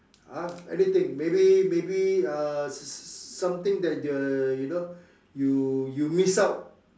ha anything maybe maybe uh s~ s~ something that the you know you you miss out